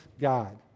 God